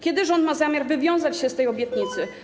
Kiedy rząd ma zamiar wywiązać się z tej obietnicy?